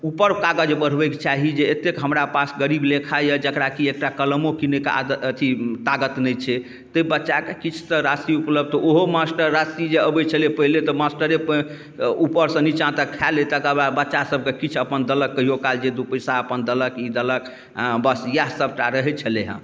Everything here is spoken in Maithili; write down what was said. उपर कागज बढ़बैके चाही जे एतेक हमरा पास गरीब लेखा अइ जकरा कि एकटा कलमो किनैके आद अथी ताकत नहि छै ताहि बच्चाके किछु तऽ राशि उपलब्ध ओहो मास्टर राशि जे अबै छलै पहिले तऽ मास्टरे उपरसँ निचाँ तक खा लै तकर बाद बच्चासबके किछु अपन दलके कहिओकाल दुइ पइसा अपन दलके ई देलक हँ बस इएह सबटा रहै छलै हेँ